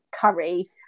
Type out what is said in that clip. curry